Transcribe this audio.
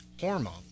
hormone